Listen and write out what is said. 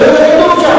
זה מה שכתוב.